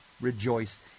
rejoice